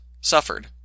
suffered